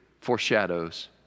foreshadows